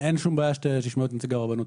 שתשמעו קודם את נציג הרבנות.